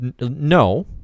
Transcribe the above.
No